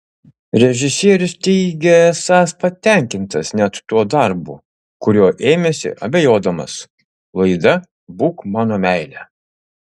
režisierius teigia esąs patenkintas net tuo darbu kurio ėmėsi abejodamas laida būk mano meile